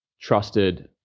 trusted